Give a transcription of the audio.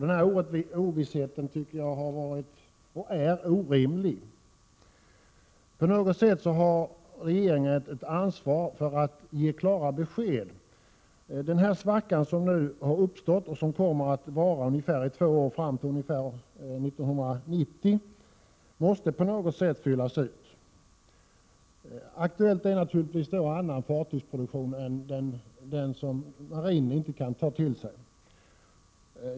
Denna ovisshet tycker jag är orimlig. På något sätt har regeringen a ett ansvar för att ge klara besked. Den svacka som nu har uppstått, och som kommer att vara under ungefär två år fram till omkring år 1990, måste på något sätt fyllas ut. Vad som då kan vara aktuellt är naturligtvis annan fartygsproduktion än den som marinen inte kan ta till sig.